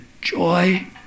joy